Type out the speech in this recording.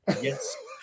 yes